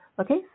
Okay